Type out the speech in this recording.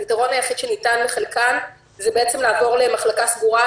הפתרון היחיד שניתן לחלקן הוא לעבור למחלקה סגורה,